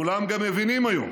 כולם מבינים היום